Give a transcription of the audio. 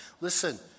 Listen